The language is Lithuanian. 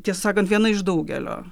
tiesą sakant viena iš daugelio